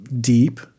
deep